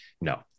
No